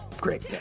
Great